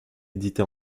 édité